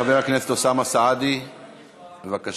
חבר הכנסת אוסאמה סעדי, בבקשה.